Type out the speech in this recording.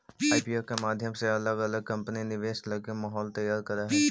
IPO के माध्यम से अलग अलग कंपनि निवेश लगी माहौल तैयार करऽ हई